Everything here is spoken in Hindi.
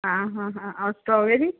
हाँ हाँ हाँ और स्ट्राॅबेरी